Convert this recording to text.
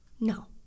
No